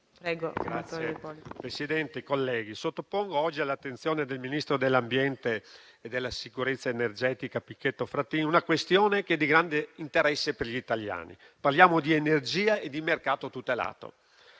signor Ministro, colleghi, sottopongo oggi all'attenzione del Ministro dell'ambiente e della sicurezza energetica una questione di grande interesse per gli italiani. Parliamo di energia e di mercato tutelato.